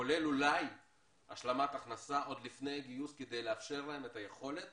כולל אולי השלמת הכנסה עוד לפני גיוס כדי לאפשר להם את היכולת